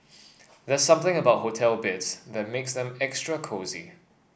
there's something about hotel beds that makes them extra cosy